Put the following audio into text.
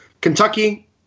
Kentucky